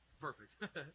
Perfect